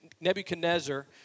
Nebuchadnezzar